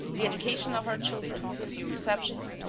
the education of our children, a few receptions,